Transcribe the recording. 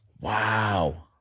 Wow